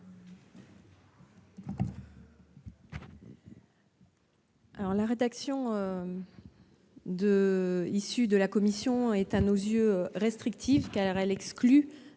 La rédaction de la commission est à nos yeux restrictive, car elle exclut